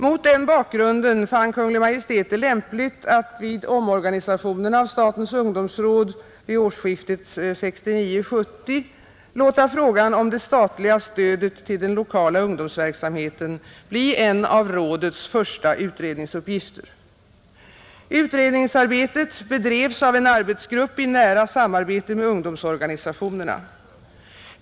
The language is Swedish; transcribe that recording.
Mot den bakgrunden fann Kungl. Maj:t det lämpligt att vid omorganisationen av statens ungdomsråd vid årsskiftet 1969—1970 låta frågan om det statliga stödet till den lokala ungdomsverksamheten bli en av rådets första utredningsuppgifter. Utredningsarbetet bedrevs av en arbetsgrupp i nära samarbete med ungdomsorganisationerna.